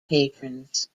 patrons